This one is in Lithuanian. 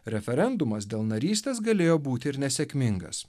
referendumas dėl narystės galėjo būti ir nesėkmingas